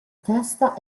testa